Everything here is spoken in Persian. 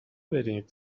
برین